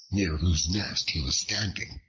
near whose nest he was standing.